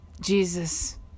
Jesus